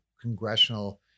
congressional